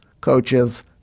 coaches